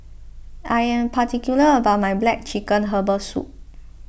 I am particular about my Black Chicken Herbal Soup